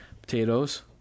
potatoes